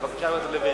בבקשה, חבר הכנסת לוין.